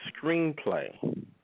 screenplay